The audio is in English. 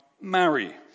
marry